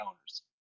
owners